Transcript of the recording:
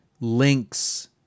links